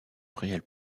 réelle